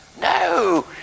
No